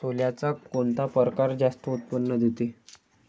सोल्याचा कोनता परकार जास्त उत्पन्न देते?